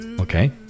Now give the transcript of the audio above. Okay